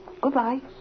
Goodbye